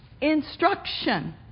instruction